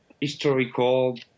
historical